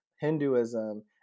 Hinduism